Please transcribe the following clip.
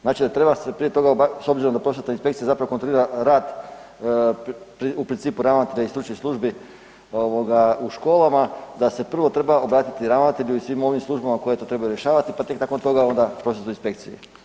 Znači da sve prije toga obavit, s obzirom da prosvjetna inspekcija zapravo kontrolira rad u principu ravnatelja i stručnih službi u školama, da se prvo treba obratiti ravnatelju i svim ovim službama koje to trebaju rješavati pa tek nakon toga onda prosvjetnoj inspekciji.